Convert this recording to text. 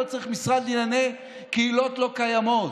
לא צריך משרד לענייני קהילות לא קיימות,